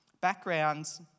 Backgrounds